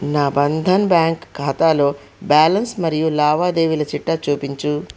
నా బంధన్ బ్యాంక్ ఖాతాలో బ్యాలన్స్ మరియు లావాదేవీల చిట్టా చూపించు